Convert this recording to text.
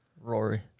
Rory